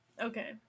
Okay